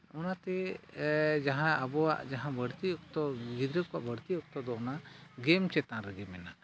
ᱚᱱᱟᱛᱮ ᱡᱟᱦᱟᱸ ᱟᱵᱚᱣᱟᱜ ᱡᱟᱦᱟᱸ ᱵᱟᱹᱲᱛᱤ ᱚᱠᱛᱚ ᱜᱤᱫᱽᱨᱟᱹ ᱠᱚᱣᱟᱜ ᱵᱟᱹᱲᱛᱤ ᱚᱠᱛᱚᱫᱚ ᱚᱱᱟ ᱜᱮᱢ ᱪᱮᱛᱟᱱ ᱨᱮᱜᱮ ᱢᱮᱱᱟᱜᱼᱟ